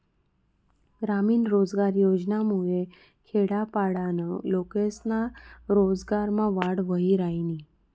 ग्रामीण रोजगार योजनामुये खेडापाडाना लोकेस्ना रोजगारमा वाढ व्हयी रायनी